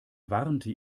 warnte